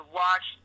watch